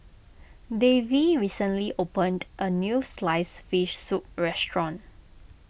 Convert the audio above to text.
Davey recently opened a new Sliced Fish Soup restaurant